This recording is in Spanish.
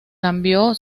nombre